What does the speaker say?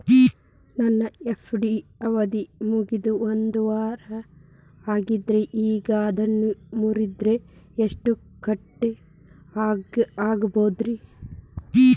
ನನ್ನ ಎಫ್.ಡಿ ಅವಧಿ ಮುಗಿದು ಒಂದವಾರ ಆಗೇದ್ರಿ ಈಗ ಅದನ್ನ ಮುರಿಸಿದ್ರ ಎಷ್ಟ ಕಟ್ ಆಗ್ಬೋದ್ರಿ?